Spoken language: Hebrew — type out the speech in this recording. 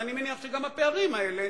אז אני מניח שגם הפערים האלה